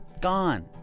gone